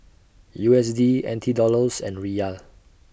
U S D N T Dollars and Riyal